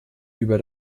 über